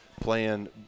playing –